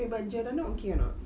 eh but giordano okay or not